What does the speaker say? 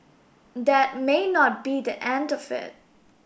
that may not be the end of it